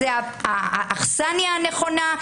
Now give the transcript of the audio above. זו האכסניה הנכונה,